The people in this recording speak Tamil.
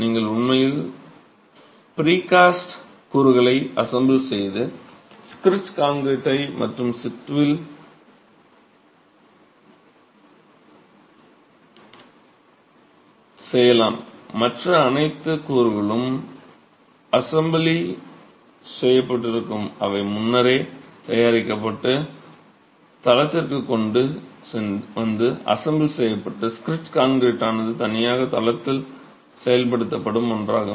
நீங்கள் உண்மையில் ப்ரீகாஸ்ட் கூறுகளை அசெம்பிள் செய்து ஸ்க்ரீட் கான்கிரீட்டை மட்டும் சிட்டுவில் செய்யலாம் மற்ற அனைத்து கூறுகளும் அசெம்பிள் செய்யப்பட்டிருக்கும் அவை முன்னரே தயாரிக்கப்பட்டு தளத்திற்கு கொண்டு வந்து அசெம்பிள் செய்யப்பட்டு ஸ்கிரீட் கான்கிரீட்டானது தனியாக தளத்தில் செயல்படுத்தப்படும் ஒன்றாகும்